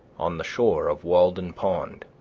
on the shore of walden pond,